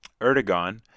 Erdogan